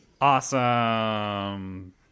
awesome